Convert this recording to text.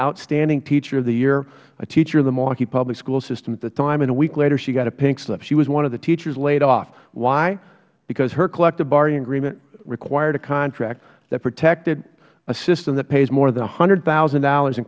outstanding teacher of the year a teacher in the milwaukee public school system at the time and a week later she got a pink slip she was one of the teachers laid off why because her collective bargaining agreement required a contract that protected a system that pays more than one hundred thousand dollars